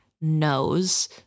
knows